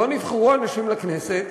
לא נבחרו אנשים לכנסת,